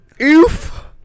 oof